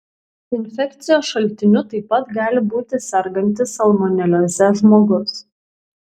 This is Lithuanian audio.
infekcijos šaltiniu taip pat gali būti sergantis salmonelioze žmogus